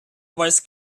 was